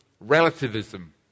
Relativism